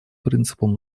принципам